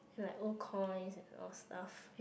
as like old coins and old stuff